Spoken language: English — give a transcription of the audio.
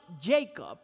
Jacob